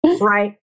Right